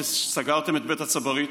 כשסגרתם את בית הצברית,